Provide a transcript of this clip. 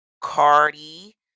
Cardi